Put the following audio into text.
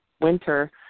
winter